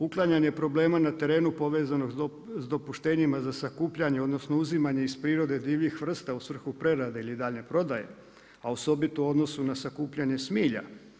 Uklanjanje problema na terenu povezanog s dopuštenjima za sakupljanje odnosno uzimanje iz prirode divljih vrsta u svrhu prerade ili daljnje prodaje, a osobito u odnosu na sakupljanje smilja.